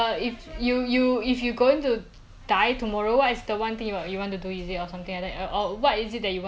because actually right if you want to die if you gonna die tomorrow right then you so much money also no use because you can't bring money to coffin [what]